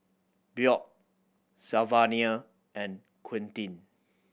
Bjorn Sylvania and Quentin